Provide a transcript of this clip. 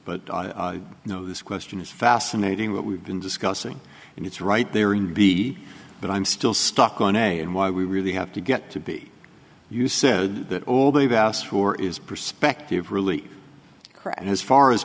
you know this question is fascinating what we've been discussing and it's right there in b but i'm still stuck on and why we really have to get to be you said that all they've asked for is perspective really correct as far as